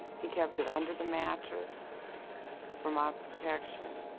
he kept it under the mattress for my protection.